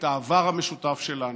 את העבר המשותף שלנו.